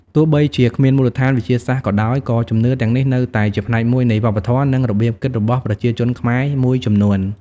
ទោះបីជាគ្មានមូលដ្ឋានវិទ្យាសាស្ត្រក៏ដោយ ក៏ជំនឿទាំងនេះនៅតែជាផ្នែកមួយនៃវប្បធម៌ និងរបៀបគិតរបស់ប្រជាជនខ្មែរមួយចំនួន។